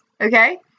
okay